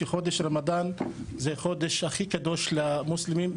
שחודש רמדאן זה חודש הכי קדוש למוסלמים.